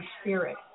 Spirit